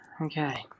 okay